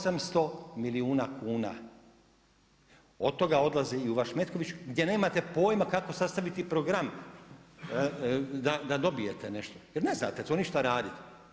800 milijuna kuna, od toga odlazi i u vaš Metković, gdje nemate pojma kako sastaviti program da dobijete nešto, jer ne znate to ništa radit.